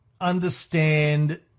Understand